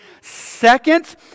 Second